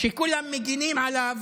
שכולם מגינים עליו